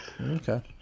Okay